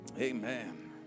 amen